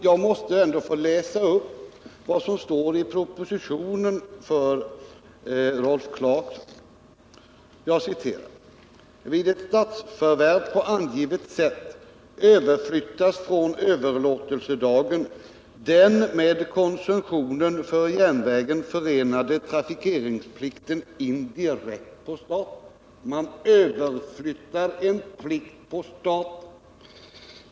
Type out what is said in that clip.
Jag måste få läsa upp för Rolf Clarkson vad som står i propositionen: ”Vid ett statsförvärv på angivet sätt överflyttas från överlåtelsedagen den med koncessionen för järnvägen förenade trafikeringsplikten indirekt på staten.